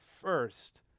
first